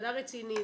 ועדה רצינית,